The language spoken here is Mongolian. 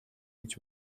гэж